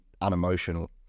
unemotional